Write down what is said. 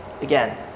again